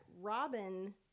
Robin